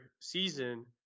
season